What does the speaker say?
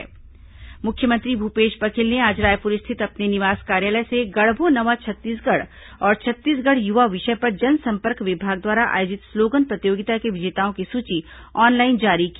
slogan प्रतियोगिता परिणाम मुख्यमंत्री भूपेश बघेल ने आज रायपुर स्थित अपने निवास कार्यालय से गढ़बो नवा छत्तीसगढ़ और छत्तीसगढ़ युवा विषय पर जनसंपर्क विभाग द्वारा आयोजित स्लोगन प्रतियोगिता के विजेताओं की सूची ऑनलाइन जारी की